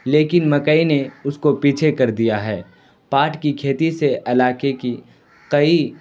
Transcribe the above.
لیکن مکئی نے اس کو پیچھے کر دیا ہے پاٹ کی کھیتی سے علاقے کی کئی